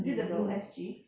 is it the blue S_G